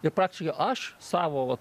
ir praktiškai aš savo vat